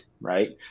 right